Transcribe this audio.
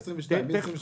מ-2023.